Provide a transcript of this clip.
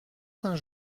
saint